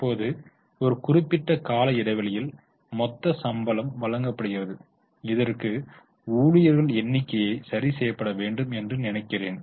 இப்போது ஒரு குறிப்பிட்ட கால இடைவெளியில் மொத்த சம்பளம் வழங்கப்படுகிறது இதற்கு ஊழியர்கள் எண்ணிக்கையை சரி செய்யப்பட வேண்டும் என்று நினைக்கிறேன்